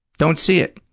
don't see it.